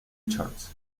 richards